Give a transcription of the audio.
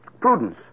Prudence